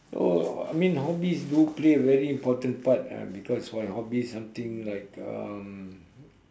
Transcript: so I mean hobbies do play a very important part ah because why hobbies something like um